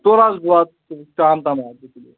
تُل حظ بہٕ واتہٕ تیٚلہِ شام تام حظ تُلِو